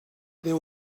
there